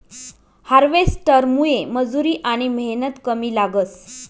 हार्वेस्टरमुये मजुरी आनी मेहनत कमी लागस